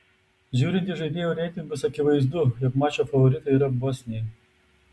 žiūrint į žaidėjų reitingus akivaizdu jog mačo favoritai yra bosniai